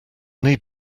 need